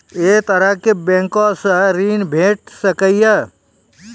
ऐ तरहक बैंकोसऽ ॠण भेट सकै ये?